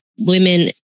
women